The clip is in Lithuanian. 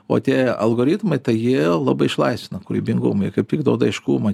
o tie algoritmai tai jie labai išlaisvina kūrybingumą jie kaip tik duoda aiškumą